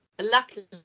Luckily